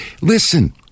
listen